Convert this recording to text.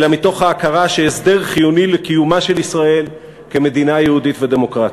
אלא מתוך ההכרה שהסדר חיוני לקיומה של ישראל כמדינה יהודית ודמוקרטית.